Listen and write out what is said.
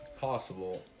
Possible